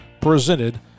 presented